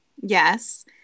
yes